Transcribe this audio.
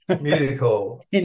musical